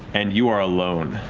and you are alone.